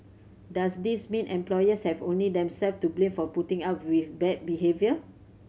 does this mean employees have only themselves to blame for putting up with bad behaviour